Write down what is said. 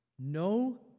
No